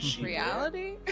Reality